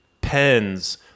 Pens